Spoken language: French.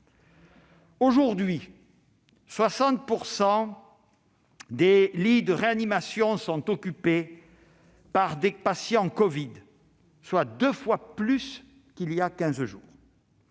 Aujourd'hui, 60 % des lits de réanimation sont occupés par des patients covid, soit deux fois plus qu'il y a quinze jours.